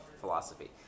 philosophy